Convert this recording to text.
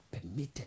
permitted